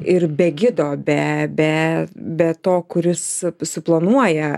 ir be gido be be be to kuris suplanuoja